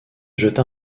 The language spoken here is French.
jeta